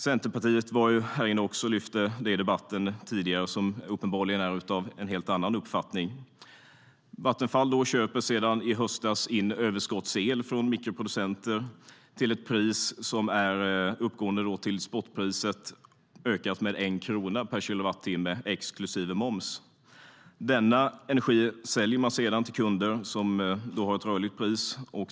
Centerpartiet lyfte också upp det tidigare i debatten och är uppenbarligen av en helt annan uppfattning. Vattenfall köper sedan i höstas överskottsel från mikroproducenter till ett pris uppgående till spotpriset ökat med 1 krona per kilowattimme, exklusive moms. Denna energi säljs sedan till kunder som har ett rörligt pris.